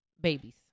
babies